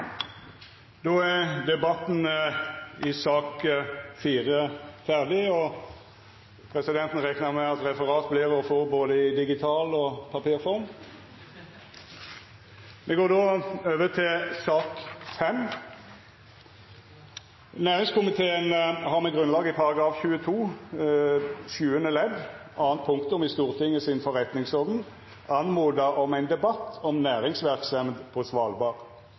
Presidenten reknar med at referatet vert å få både digitalt og i papirform. Næringskomiteen har med grunnlag i § 22 sjuande ledd andre punktum i Stortingets forretningsorden bedt om ein debatt om næringsverksemd på Svalbard.